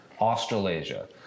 Australasia